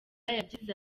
yagize